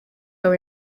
wawe